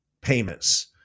payments